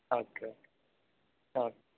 okay okay okay